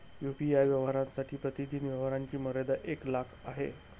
UPI व्यवहारांसाठी प्रतिदिन व्यवहारांची मर्यादा एक लाख आहे